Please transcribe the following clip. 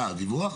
מה, הדיווח?